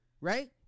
right